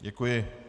Děkuji.